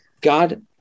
god